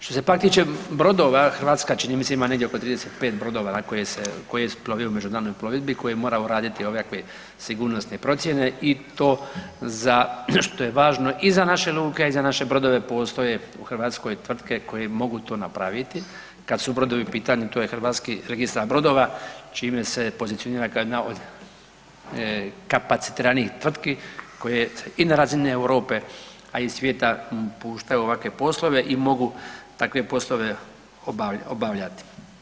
Što se pak tiče brodova Hrvatska čini mi se ima negdje oko 35 brodova koji plove u međunarodnoj plovidbi koje moraju uraditi ovakve sigurnosne procjene i to za što je važno i za naše luke i za naše brodove postoje u Hrvatskoj tvrtke koje mogu to napraviti, kad su brodovi u pitanju, to je Hrvatski registar brodova, čime se pozicionira kao jedna od kapacitiranijih tvrtki koje i na razini Europe, a i svijeta puštaju ovakve poslove i mogu takve poslove obavljati.